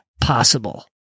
possible